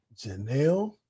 Janelle